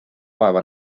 vaeva